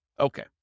Okay